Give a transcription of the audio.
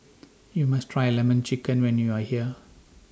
YOU must Try Lemon Chicken when YOU Are here